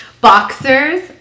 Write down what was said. Boxers